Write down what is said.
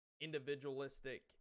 individualistic